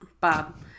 Bob